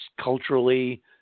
culturally